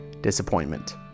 Disappointment